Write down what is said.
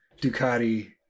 Ducati